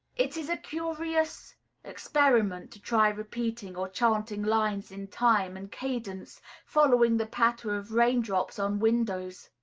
it is a curious experiment to try repeating or chanting lines in time and cadence following the patter of raindrops on windows.